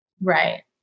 Right